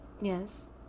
Yes